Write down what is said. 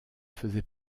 faisait